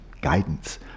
guidance